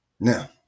Now